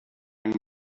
young